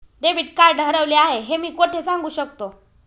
Debit card हरवले आहे हे मी कोठे सांगू शकतो?